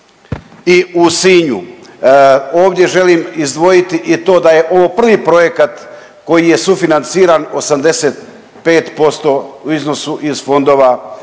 i u Sinju. Ovdje želim izdvojiti i to da je ovo prvi projekat koji je sufinanciran 85% u iznosu iz fondova